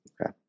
Okay